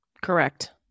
Correct